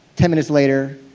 ten minutes later,